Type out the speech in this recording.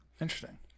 Interesting